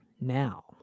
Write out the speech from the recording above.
now